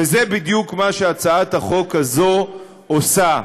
וזה בדיוק מה שהצעת החוק הזאת עושה.